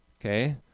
Okay